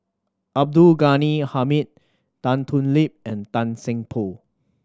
Abdul Ghani Hamid Tan Thoon Lip and Tan Seng Poh